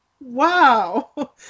wow